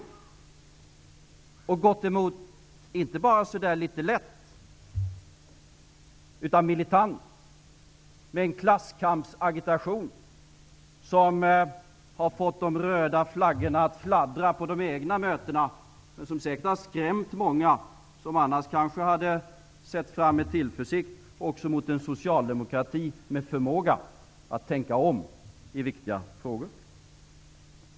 Man har inte gått emot det bara litet lätt utan militant med en klasskampsagitation som har fått de röda flaggorna att fladdra på de egna mötena, men som säkert har skrämt många som annars kanske med tillförsikt hade sett fram också mot en socialdemokrati med förmåga att tänka om i viktiga frågor.